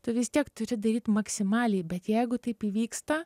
tu vis tiek turi daryt maksimaliai bet jeigu taip įvyksta